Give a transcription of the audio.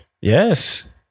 yes